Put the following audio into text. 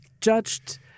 judged